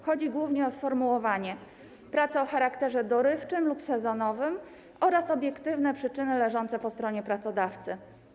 Chodzi głównie o sformułowanie: praca o charakterze dorywczym lub sezonowym oraz obiektywne przyczyny leżące po stronie pracodawcy.